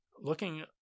Looking